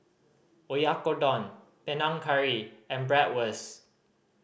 Oyakodon Panang Curry and Bratwurst